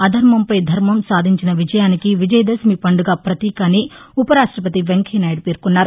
అధర్మంపై ధర్మం సాధించిన విజయానికి విజయదశమి పండుగ పతీక అని ఉపరాష్టపతి వెంకయ్య నాయుడు పేర్కొన్నారు